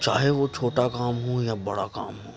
چاہے وہ چھوٹا کام ہو یا بڑا کام ہو